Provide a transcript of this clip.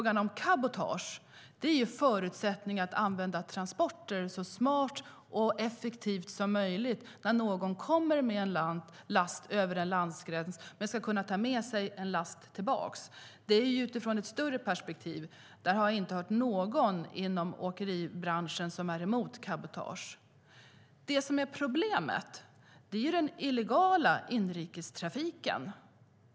Den handlar om förutsättningarna för att använda transporter så smart och effektivt som möjligt när någon kommer med en last över en landgräns och ska kunna ta med sig en last tillbaka. Det är utifrån ett större perspektiv. Jag har inte hört någon inom åkeribranschen som är emot cabotage. Det som är problemet är den illegala inrikestrafiken.